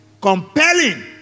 compelling